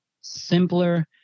simpler